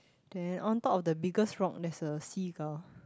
then on top of the biggest rock there's a seagull